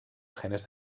genes